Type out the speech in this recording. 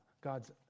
God's